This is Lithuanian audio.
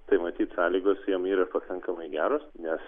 tai matyt sąlygos jiem yra pakankamai geros nes